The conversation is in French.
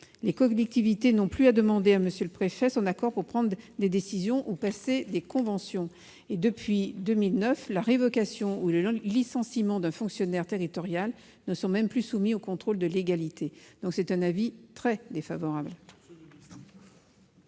Les collectivités n'ont plus à demander à M. le préfet son accord pour prendre des décisions ou conclure des conventions. Depuis 2009, la révocation ou le licenciement d'un fonctionnaire territorial ne sont même plus soumis au contrôle de légalité. La commission émet donc un avis très défavorable